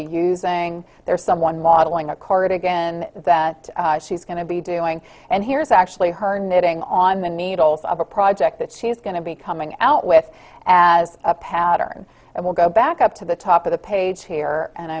be using there's someone modeling a cord again that she's going to be doing and here's actually her knitting on the needles of a project that she's going to be coming out with as a pattern and we'll go back up to the top of the page here and